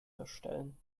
erstellen